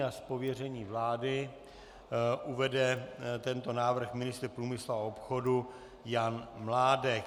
Z pověření vlády uvede tento návrh ministr průmyslu a obchodu Jan Mládek.